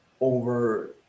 over